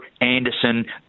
Anderson